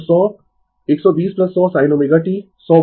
तो 100 120 100 sin ω t 100 volt